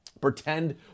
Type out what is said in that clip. Pretend